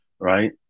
Right